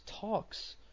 talks